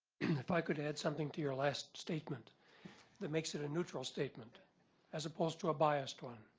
if i could add something to your last statement that makes it a neutral statement as opposed to a biased one.